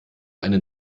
einen